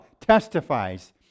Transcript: testifies